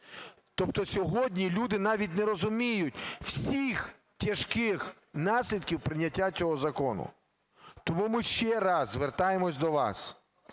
Тобто сьогодні люди навіть не розуміють всіх тяжких наслідків прийняття цього закону. Тому ми ще раз звертаємося до вас: